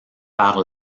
par